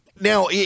Now